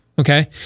Okay